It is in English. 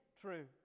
true